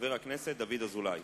וחבר הכנסת דוד אזולאי.